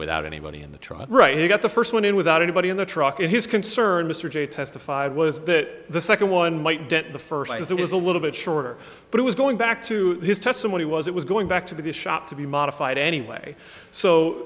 without anybody in the truck right who got the first one in without anybody in the truck and his concern mr j testified was that the second one might dent the first as it was a little bit shorter but it was going back to his testimony was it was going back to the shop to be modified anyway so